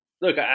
Look